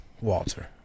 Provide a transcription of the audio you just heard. Walter